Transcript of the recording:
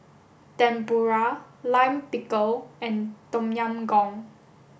Tempura Lime Pickle and Tom Yam Goong